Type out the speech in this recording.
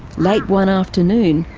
late one afternoon,